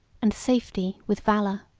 and safety with valor.